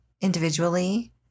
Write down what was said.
individually